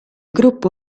gruppo